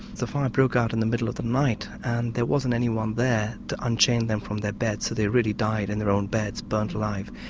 the fire broke out in the middle of the night and there wasn't anyone there to unchain them from their beds, so they really died in their own beds, burnt alive.